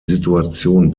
situation